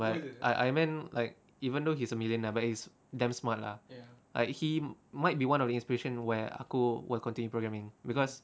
ah iron~ ironman like even though he's a millionaire but he's damn smart lah like he might be one of the inspiration where aku will continue programming because